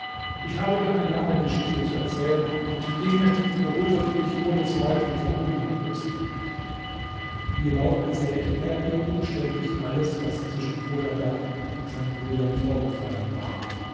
ich habe dir eine lange geschichte zu erzählen und dinge worüber du dich ohne zweifel verwundern wirst hierauf erzählte er ihr umständlich alles was zwischen chodadad und seinen brüdern vorgefallen war